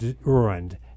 ruined